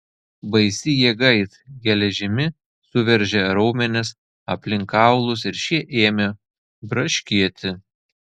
baisi jėga it geležimi suveržė raumenis aplink kaulus ir šie ėmė braškėti